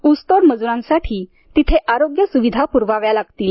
ऊसतोड मजुरांसाठी तिथे आरोग्याचे सुविधा पुरवाव्या लागीतील